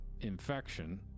infection